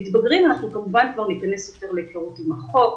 עם מתבגרים כבר ניכנס יותר להיכרות עם החוק,